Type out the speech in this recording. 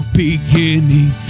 beginning